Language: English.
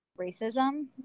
racism